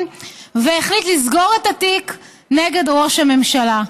והחליט לסגור את התיק נגד ראש הממשלה.